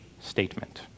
statement